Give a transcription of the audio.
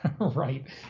right